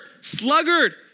Sluggard